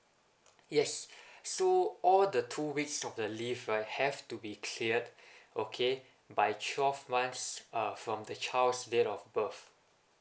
yes so all the two weeks of the leave right have to be cleared okay by twelve months uh from the child's date of birth